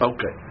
Okay